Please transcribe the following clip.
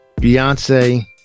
Beyonce